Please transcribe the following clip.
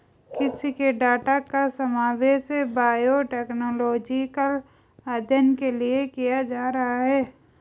कृषि के डाटा का समावेश बायोटेक्नोलॉजिकल अध्ययन के लिए किया जा रहा है